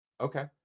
Okay